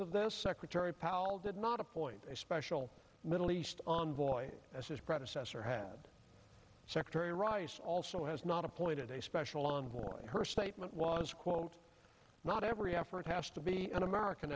of this secretary powell did not appoint a special middle east envoy as his predecessor had secretary rice also has not appointed a special envoy and her statement was quote not every effort has to be an american